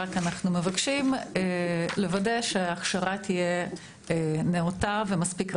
אבל אנחנו רק מבקשים שההכשרה תהיה נאותה ומספיק רחבה,